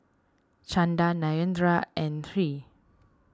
Chanda Narendra and Hri